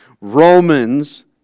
Romans